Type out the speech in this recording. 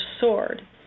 sword